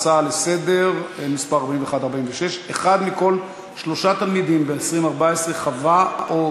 הצעה לסדר-היום מס' 4146: בשנת 2014 אחד מכל שלושה תלמידים חווה או